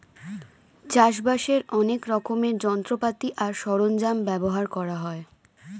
চাষবাসের অনেক রকমের যন্ত্রপাতি আর সরঞ্জাম ব্যবহার করা হয়